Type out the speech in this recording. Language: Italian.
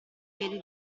piedi